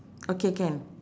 okay can